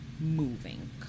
moving